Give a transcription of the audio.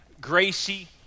Gracie